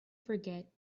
forget